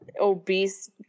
obese